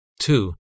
Two